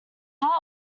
hart